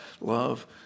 love